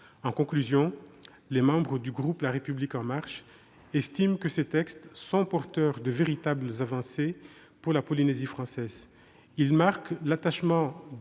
En conclusion, les membres du groupe La République En Marche estiment que ces textes sont porteurs de véritables avancées pour la Polynésie française. Ils marquent votre attachement,